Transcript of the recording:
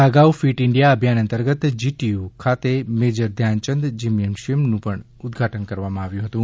આ અગાઉ fit India અભિયાન અંતર્ગત જીટીયુ ખાતે મેજર ધ્યાનચંદ જીમ્નેશિયમનું પણ ઉદઘાટન કરવામાં આવ્યું હતું